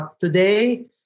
today